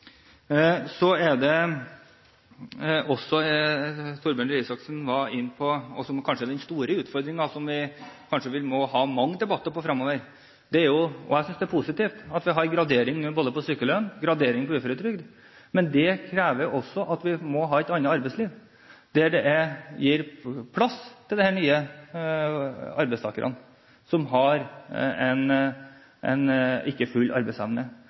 Så var også Torbjørn Røe Isaksen inne på det som kanskje er den store utfordringen, som vi kanskje må ha mange debatter om fremover, og det er at vi har gradering både når det gjelder sykelønn og uføretrygd. Det synes jeg er positivt, men det krever også at vi må ha et annet arbeidsliv der det er plass til de nye arbeidstakerne som ikke har full arbeidsevne.